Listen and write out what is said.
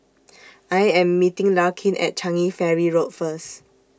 I Am meeting Larkin At Changi Ferry Road First